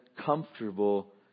comfortable